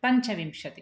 पञ्चविंशतिः